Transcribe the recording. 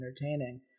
entertaining